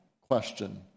question